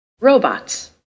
Robots